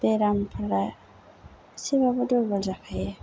बेरामफोरा एसेबाबो दुरबल जाखायो